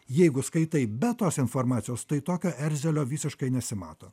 jeigu skaitai be tos informacijos tai tokio erzelio visiškai nesimato